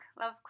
Love